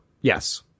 yes